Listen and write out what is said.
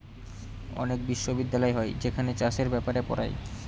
অনেক বিশ্ববিদ্যালয় হয় যেখানে চাষের ব্যাপারে পড়ায়